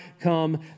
come